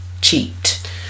cheat